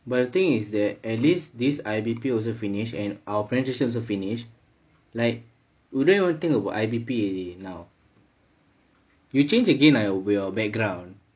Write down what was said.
but the thing is that at least this I_B_P also finish and our presentation also finish like wouldn't you think about I_B_P already now you change again ah your background